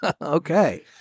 Okay